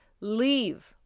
Leave